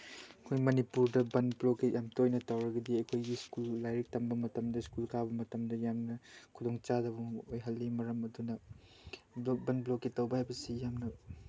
ꯑꯩꯈꯣꯏ ꯃꯅꯤꯄꯨꯔꯗ ban blockade ꯌꯥꯝ ꯇꯣꯏꯅ ꯇꯧꯔꯒꯗꯤ ꯑꯩꯈꯣꯏꯒꯤ ꯁ꯭ꯀꯨꯜ ꯂꯥꯏꯔꯤꯛ ꯇꯝꯕ ꯃꯇꯝꯗ ꯁ꯭ꯀꯨꯜ ꯀꯥꯕ ꯃꯇꯝꯗ ꯌꯥꯝꯅ ꯈꯨꯗꯣꯡꯆꯥꯗꯕ ꯑꯃ ꯑꯣꯏꯍꯜꯂꯤ ꯃꯔꯝ ꯑꯗꯨꯅ ꯕꯟ ꯕ꯭ꯂꯣꯀꯦꯠ ꯇꯧꯕ ꯍꯥꯏꯕꯁꯤ ꯌꯥꯝꯅ